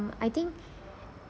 uh I think